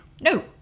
No